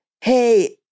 hey